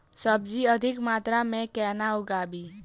सब्जी अधिक मात्रा मे केना उगाबी?